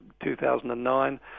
2009